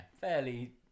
fairly